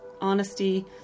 honesty